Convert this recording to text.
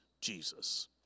Jesus